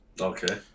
Okay